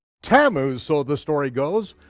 tammuz, so the story goes,